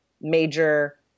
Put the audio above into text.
major